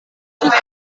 suka